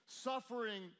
suffering